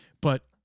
But-